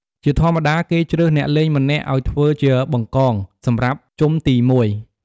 ជាធម្មតា គេជ្រើសអ្នកលេងម្នាក់ឱ្យធ្វើជា បង្កង សម្រាប់ជុំទីមួយ។